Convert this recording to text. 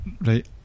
Right